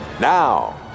now